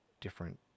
different